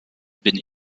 bin